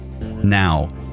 now